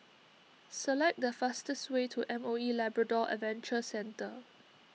select the fastest way to M O E Labrador Adventure Centre